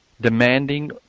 demanding